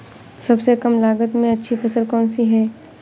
सबसे कम लागत में अच्छी फसल कौन सी है?